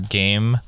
game